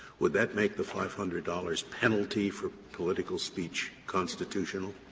would that make the five hundred dollars penalty for political speech constitutional?